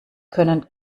können